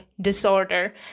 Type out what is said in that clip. disorder